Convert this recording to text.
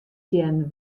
sjen